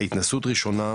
התנסות ראשונה,